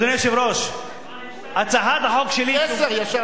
אדוני היושב-ראש, הצעת החוק שלי, פי-עשרה, ישר.